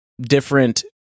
different